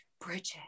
Bridget